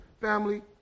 family